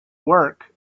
work